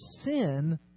sin